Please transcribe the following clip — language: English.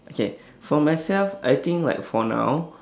okay for myself I think like for now